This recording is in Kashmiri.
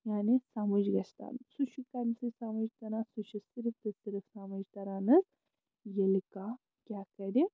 یعنی سَمٕجھ گژھِ ترُن سُہ چھُ کَمسٕے سَمٕجھ تَران سُہ چھُ صِرف تہٕ صِرف سَمٕجھ تَران حظ ییٚلہِ کانٛہہ کیٛاہ کرِ